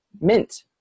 mint